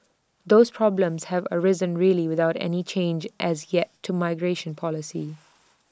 those problems have arisen really without any change as yet to migration policy